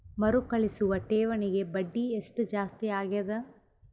ಮರುಕಳಿಸುವ ಠೇವಣಿಗೆ ಬಡ್ಡಿ ಎಷ್ಟ ಜಾಸ್ತಿ ಆಗೆದ?